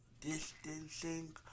distancing